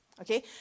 okay